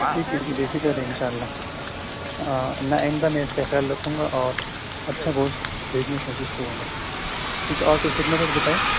ٹھیک ٹھیک بے فکر رہیں ان شاء اللہ نا آئندہ میں خیال رکھوں گا اور اچھا گوشت بھیجنے کی کوشش کروں گا ٹھیک ہے اور کوئی خدمت ہے تو بتائیے